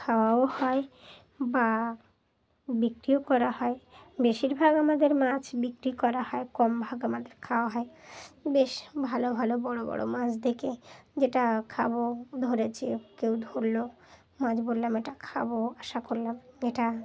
খাওয়াও হয় বা বিক্রিও করা হয় বেশিরভাগ আমাদের মাছ বিক্রি করা হয় কম ভাগ আমাদের খাওয়া হয় বেশ ভালো ভালো বড়ো বড়ো মাছ দেখে যেটা খাবো ধরেছে কেউ ধরলো মাছ বললাম এটা খাবো আশা করলাম এটা